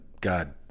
God